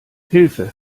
hilfe